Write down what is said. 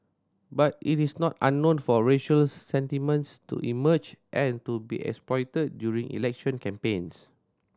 but it is not unknown for racial sentiments to emerge and to be exploited during election campaigns